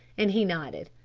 and he nodded.